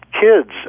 kids